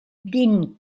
dîn